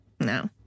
no